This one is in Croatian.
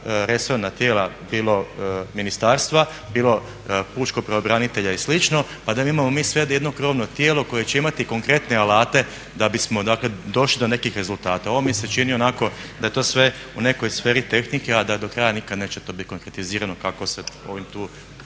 resorna tijela bilo ministarstva, bilo pučkog pravobranitelja i slično, pa da mi imamo sve do jedno krovno tijelo koje će imati konkretne alate da bismo, dakle došli do nekih rezultata. Ovo mi se čini onako da je to sve u nekoj sferi tehnike, a da do kraja nikad neće to bit konkretizirano kako se ovim tu